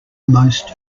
most